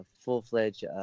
full-fledged